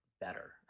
better